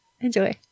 Enjoy